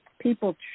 people